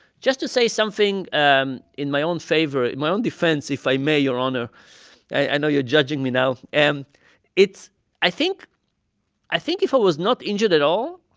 just to say something um in my own favor, in my own defense, if i may, your honor i know you're judging me now. and it's i think i think if i was not injured at all,